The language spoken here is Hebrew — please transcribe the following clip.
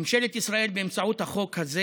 ממשלת ישראל רוצה באמצעות החוק הזה